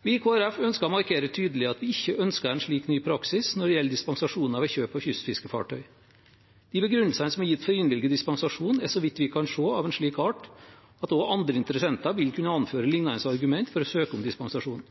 i Kristelig Folkeparti ønsker å markere tydelig at vi ikke ønsker en slik ny praksis når det gjelder dispensasjoner ved kjøp av kystfiskefartøyer. De begrunnelsene som er gitt for å innvilge dispensasjon, er, så vidt vi kan se, av en slik art at også andre interessenter vil kunne anføre lignende argumenter for å søke om dispensasjon.